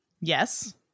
Yes